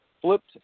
flipped